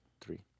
three